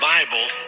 Bible